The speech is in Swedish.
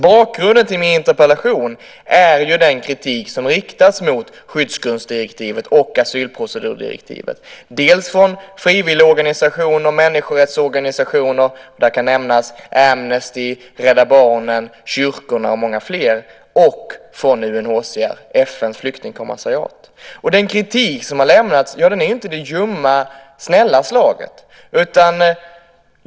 Bakgrunden till min interpellation är ju den kritik som riktats mot skyddsgrundsdirektivet och asylprocedurdirektivet dels från frivilligorganisationer och människorättsorganisationer - jag kan nämna Amnesty, Rädda Barnen, kyrkorna med flera - dels från UNHCR, FN:s flyktingkommissariat. Kritiken är ju inte av det ljumma och snälla slaget.